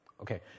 Okay